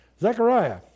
Zechariah